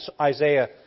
Isaiah